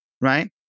Right